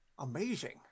Amazing